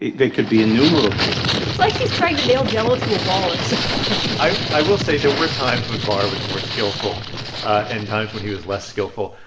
they could be innumerable it's like she's trying to nail jell-o to a wall or so something i will say there were times when barr was more skillful and times when he was less skillful.